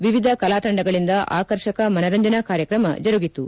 ವಿವಿಧ ಕಲಾತಂಡಗಳಿಂದ ಅಕರ್ಷಕ ಮನರಂಜನಾ ಕಾರ್ಯಕ್ರಮ ಜರುಗಿತು